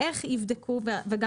שוב,